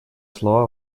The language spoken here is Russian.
слова